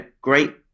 great